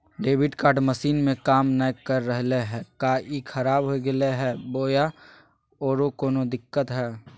Debit card machine में काम नाय कर रहले है, का ई खराब हो गेलै है बोया औरों कोनो दिक्कत है?